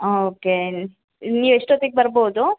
okay ನೀವು ಎಷ್ಟೊತ್ತಿಗೆ ಬರ್ಬೋದು